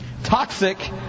Toxic